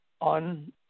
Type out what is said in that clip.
on